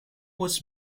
was